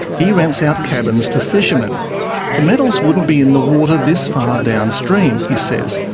he rents out cabins to fishermen. the metals wouldn't be in the water this far downstream, he says,